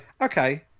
okay